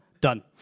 done